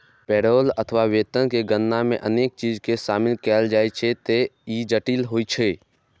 payroll अथवा वेतन के गणना मे अनेक चीज कें शामिल कैल जाइ छैं, ते ई जटिल होइ छै